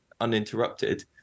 uninterrupted